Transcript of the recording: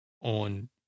on